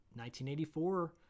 1984